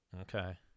Okay